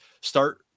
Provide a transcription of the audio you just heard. start